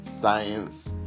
science